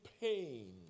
pain